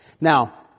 Now